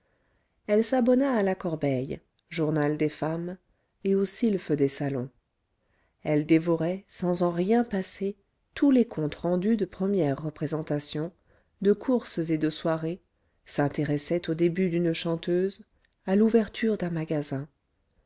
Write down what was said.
elle s'abonna à la corbeille journal des femmes et au sylphe des salons elle dévorait sans en rien passer tous les comptes rendus de premières représentations de courses et de soirées s'intéressait au début d'une chanteuse à l'ouverture d'un magasin